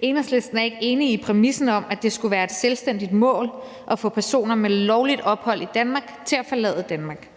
Enhedslisten er ikke enig i præmissen om, at det skulle være et selvstændigt mål at få personer med lovligt ophold i Danmark til at forlade Danmark,